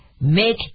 Make